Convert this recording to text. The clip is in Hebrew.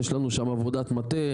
יש לנו שם עבודת מטה,